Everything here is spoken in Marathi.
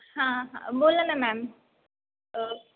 हां हां बोला ना मॅम